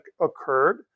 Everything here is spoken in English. occurred